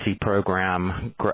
program